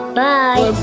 bye